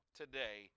today